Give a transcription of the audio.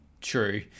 true